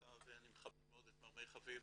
אני מכבד מאוד את מר מאיר חביב,